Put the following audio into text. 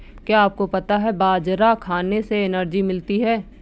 क्या आपको पता है बाजरा खाने से एनर्जी मिलती है?